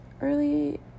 early